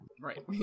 Right